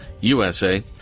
USA